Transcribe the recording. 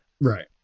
Right